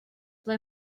ble